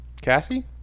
Cassie